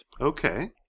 Okay